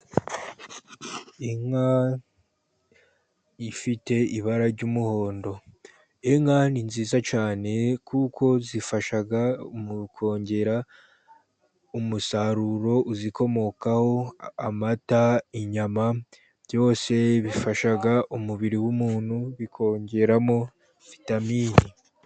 Inka ifite ibara ry'umuhondo. Inka ni nziza cyane kuko zifasha mu kongera umusaruro uzikomokaho, amata, inyama, byose bifasha umubiri w'umuntu, bikongeramo vitamini.